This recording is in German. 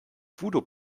voodoo